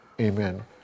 Amen